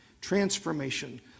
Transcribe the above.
transformation